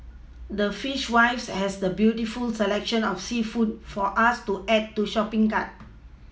the Fishwives has the beautiful selection of seafood for us to add to shopPing cart